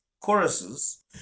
choruses